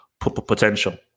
potential